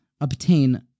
obtain